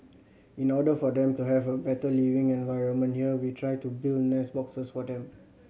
in order for them to have a better living environment here we try to build nest boxes for them